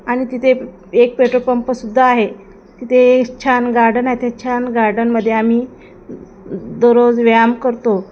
आणि तिथे एक एक पेट्रोल पंपसुद्धा आहे तिथे छान गार्डन आहे ते छान गार्डन मध्ये आम्ही दररोज व्यायाम करतो